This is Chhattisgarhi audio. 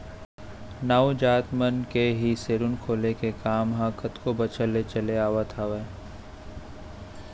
नाऊ जात मन के ही सेलून खोले के काम ह कतको बछर ले चले आवत हावय